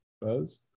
Buzz